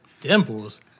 Dimples